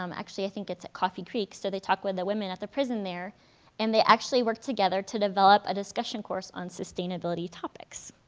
um actually i think it's at coffee creek so they talk with the women at the prison there and they actually work together to develop a discussion course on sustainability topics.